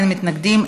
אין מתנגדים,